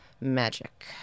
Magic